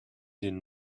den